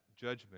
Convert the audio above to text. judgment